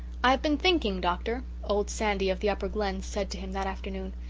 i have been thinking, doctor, old sandy of the upper glen said to him that afternoon,